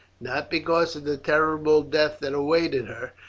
not because of the terrible death that awaited her,